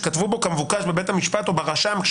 שכתבו בו כשמינו אותו "כמבוקש בבית המשפט או ברשם",